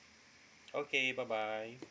okay bye bye